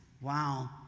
Wow